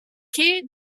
quai